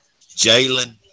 Jalen